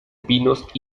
pinos